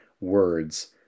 words